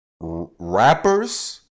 rappers